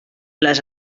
les